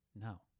No